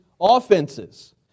offenses